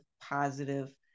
positive